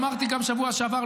אמרתי גם בשבוע שעבר,